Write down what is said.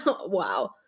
Wow